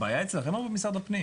האם הבעיה היא אצלכם או במשרד הפנים?